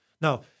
Now